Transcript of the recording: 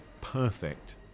perfect